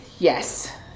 Yes